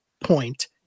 point